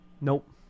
nope